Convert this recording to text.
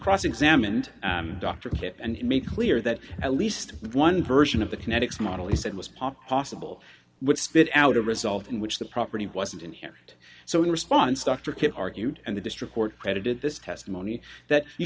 cross examined dr kip and make clear that at least one version of the kinetics model he said was pop possible would spit out a result in which the property wasn't in here so in response dr kit argued and the district court credited this testimony that you